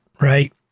right